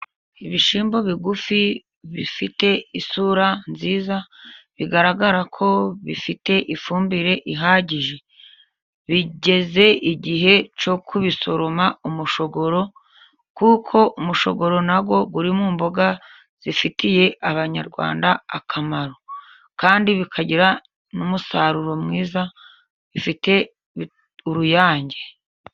Ibishimbo bigufi bifite isura nziza bigaragara ko bifite ifumbire ihagije, bigeze igihe cyo kubisoroma umushogoro kuko umushogoro nawo uririmo mboga zifitiye abanyarwanda akamaro. Kandi bikagira n'umusaruro mwiza bifite uruyange.